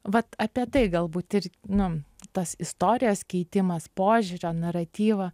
vat apie tai galbūt ir nu tas istorijos keitimas požiūrio naratyvo